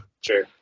sure